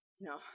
No